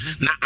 Now